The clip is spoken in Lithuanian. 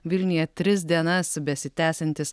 vilniuje tris dienas besitęsiantis